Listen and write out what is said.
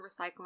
recycling